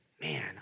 man